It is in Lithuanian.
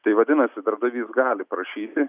tai vadinasi darbdavys gali prašyti